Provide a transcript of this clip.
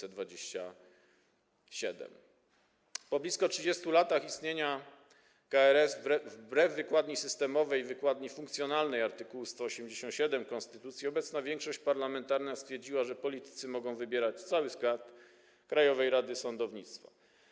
Po blisko 30 latach istnienia KRS, wbrew wykładni systemowej, wykładni funkcjonalnej w art. 187 konstytucji, obecna większość parlamentarna stwierdziła, że politycy mogą wybierać cały skład Krajowej Rady Sądownictwa.